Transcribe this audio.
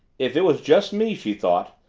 if it was just me, she thought,